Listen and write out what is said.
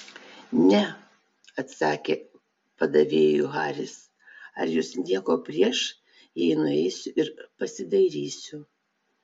ne atsakė padavėjui haris ar jūs nieko prieš jei nueisiu ir pasidairysiu